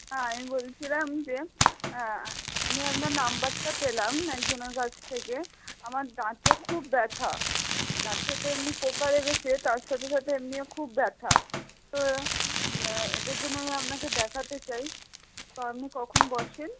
আমি বলছিলাম যে আমি আপনার নম্বরটা পেলাম একজনের কাছ থেকে আমার দাঁতে খুব ব্যথা দাঁতে তো এমনি পোকা লেগেছে তার সাথে সাথে এমনিও খুব ব্যথা তো এটার জন্য আমি আপনাকে দেখাতে চাই তো আপনি কখন বসেন